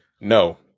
No